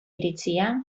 iritzia